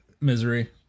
misery